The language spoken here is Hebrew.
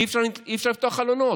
אי-אפשר לפתוח חלונות.